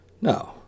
No